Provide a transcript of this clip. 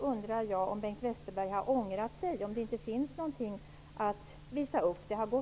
Då undrar jag om Bengt Westerberg har ångrat sig och om det inte finns någonting att visa upp.